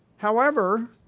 however,